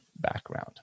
background